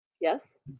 Yes